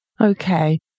Okay